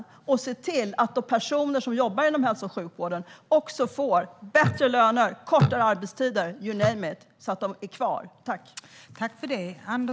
Vi måste se till att de personer som jobbar inom hälso och sjukvården får bättre löner, kortare arbetstider, you name it, så att de blir kvar.